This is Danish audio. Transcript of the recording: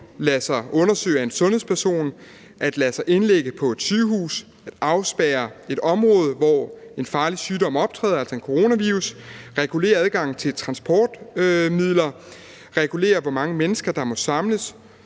lade sig undersøge af en sundhedsperson, at lade sig indlægge på et sygehus, at afspærre et område, hvor en farlig sygdom optræder – altså coronavirus – at regulere adgangen til transportmidler, at regulere, hvor mange mennesker der må samles,